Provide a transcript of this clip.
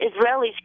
israelis